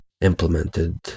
implemented